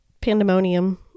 pandemonium